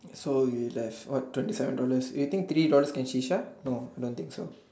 so is like what twenty seven dollars you think three dollar can ShiSha no I don't think so